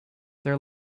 their